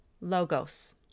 Logos